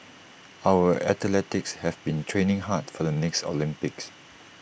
our athletes have been training hard for the next Olympics